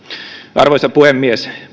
arvoisa puhemies